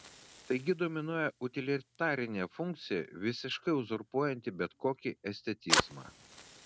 taigi dominuoja utilitarinė funkcija visiškai uzurpuojanti bet kokį estetizmą